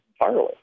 entirely